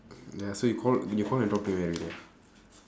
ya so he call you call and talk to him everyday ah